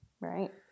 Right